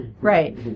Right